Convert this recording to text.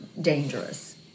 dangerous